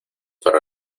para